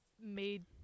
made